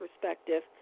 perspective